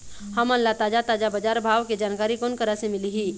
हमन ला ताजा ताजा बजार भाव के जानकारी कोन करा से मिलही?